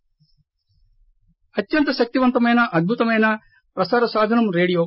break అత్యంత శక్తి వంతమైన అద్భుతమైన ప్రసార సాధనం రేడియో